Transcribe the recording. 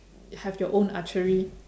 have your own archery